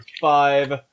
five